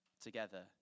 together